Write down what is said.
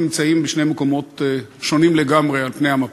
אנחנו נמצאים בשני מקומות שונים לגמרי על פני המפה.